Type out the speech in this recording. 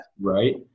Right